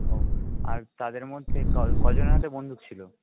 ও আর তাদের মধ্যে কয়জনের হাতে বন্দুক ছিল